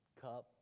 cup